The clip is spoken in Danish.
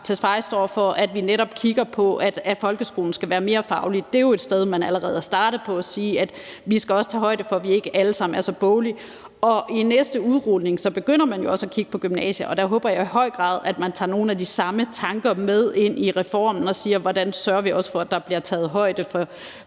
står for, altså at vi netop kigger på, at folkeskolen skal være mere faglig. Det er jo et sted, hvor man allerede er startet på at sige, at vi også skal tage højde for, at vi ikke alle sammen er så boglige. Og i næste udrulning begynder man jo også at kigge på gymnasiet, og der håber jeg i høj grad, at man tager nogle af de samme tanker med ind i reformen og ser på, hvordan vi også sørger for, at der bliver taget højde for